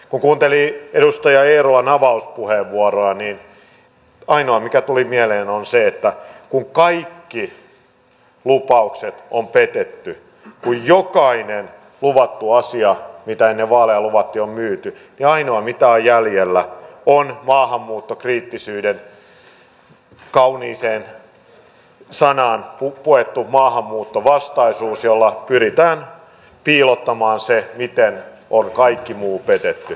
kun kuunteli edustaja eerolan avauspuheenvuoroa niin ainoa mikä tuli mieleen oli se että kun kaikki lupaukset on petetty kun jokainen luvattu asia mikä ennen vaaleja luvattiin on myyty niin ainoa mitä on jäljellä on maahanmuuttokriittisyyden kauniiseen sanaan puettu maahanmuuttovastaisuus jolla pyritään piilottamaan se miten on kaikki muu petetty